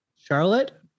Charlotte